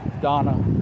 Donna